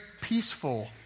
peaceful